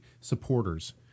supporters –